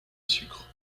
sucre